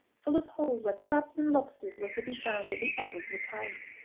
full of holes where crabs and lobsters were to be found at the ebb of the tide.